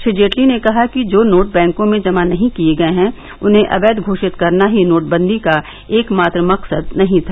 श्री जेटली ने कहा कि जो नोट बैंकों में जमा नहीं किये गये हैं उन्हें अवैध घोषित करना ही नोटबंदी का एकमात्र मकसद नहीं था